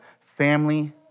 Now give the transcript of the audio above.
family